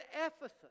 Ephesus